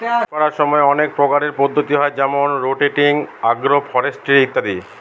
চাষ করার সময় অনেক প্রকারের পদ্ধতি হয় যেমন রোটেটিং, আগ্র ফরেস্ট্রি ইত্যাদি